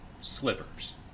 slippers